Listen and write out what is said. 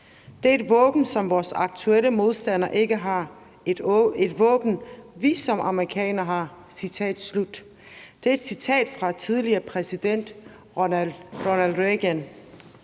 Det er et våben, som vores aktuelle modstander ikke har – et våben, vi som amerikanere har. Citat slut. Det er et citat fra tidligere præsident Ronald Reagan.